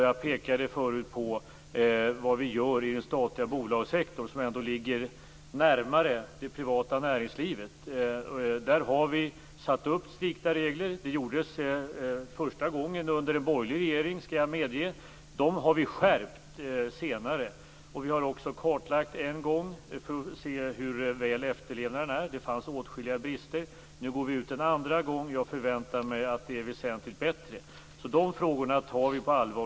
Jag pekade förut på vad vi gör i den statliga bolagssektorn, som ändå ligger närmare det privata näringslivet. Där har vi satt upp strikta regler. Det gjordes första gången under en borgerlig regering - det skall jag medge. De har vi skärpt senare. Vi har också en gång kartlagt läget för att se hur god efterlevnaden är. Det fanns åtskilliga brister. Nu går vi ut en andra gång. Jag förväntar mig att det är väsentligt bättre. Vi tar dessa frågor på allvar.